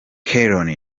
keron